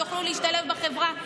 שיוכלו להשתלב בחברה,